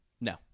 No